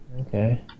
Okay